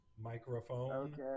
microphone